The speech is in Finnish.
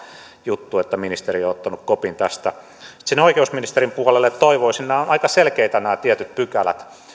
juttu että ministeri on ottanut kopin tästä mutta sinne oikeusministerin puolelle toivoisin nämä tietyt pykälät